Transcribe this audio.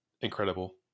incredible